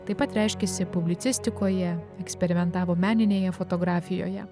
taip pat reiškėsi publicistikoje eksperimentavo meninėje fotografijoje